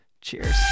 Cheers